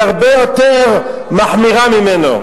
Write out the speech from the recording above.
היא הרבה יותר מחמירה ממנו,